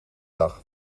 dag